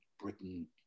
Britain